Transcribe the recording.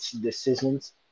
decisions